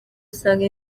usanga